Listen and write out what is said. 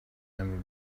never